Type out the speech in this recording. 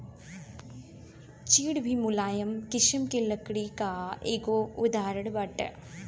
चीड़ भी मुलायम किसिम के लकड़ी कअ एगो उदाहरण बाटे